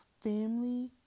family